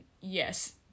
Yes